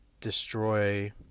destroy